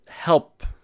help